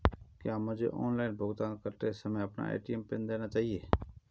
क्या मुझे ऑनलाइन भुगतान करते समय अपना ए.टी.एम पिन देना चाहिए?